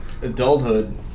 Adulthood